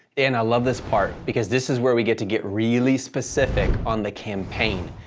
and i love this part, because this is where we get to get really specific on the campaign.